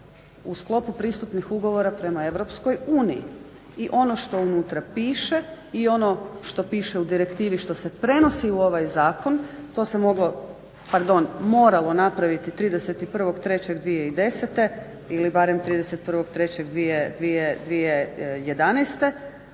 u sklopu pristupnih ugovora prema EU i ono što unutra piše i ono što piše u direktivi što se prenosi u ovaj zakon to se moralo napraviti 31.3.2010.ili barem 31.3.2011.,